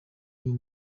niba